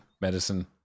medicine